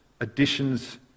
additions